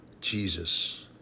Jesus